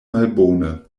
malbone